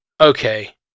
Okay